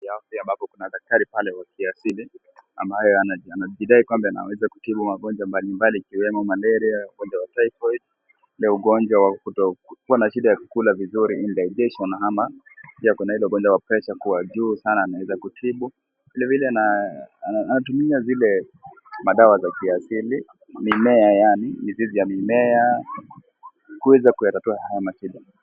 Kituo cha afya ambapo kuna daktari pale wa kiasili, ambaye ana anajidai kwamba anaweza kutibu magonjwa mbali mbali ikiwemo malaria , ugonjwa wa typhoid , ule ugonjwa wa kuto kukua na shida ya kula vizuri indigestion ama, pia kuna ile ugonjwa wa pressure kuwa juu sana anaweza kutibu, vile vile naa anatumia zile, madawa za kiasili, mimea yani, mizizi ya mimea, kueza kuyatatua haya mashida.